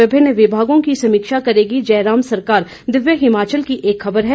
विभिन्न विभागों की समीक्षा करेगी जयराम सरकार दिव्य हिमाचल की एक खबर है